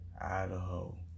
Idaho